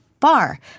bar